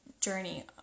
journey